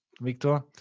Victor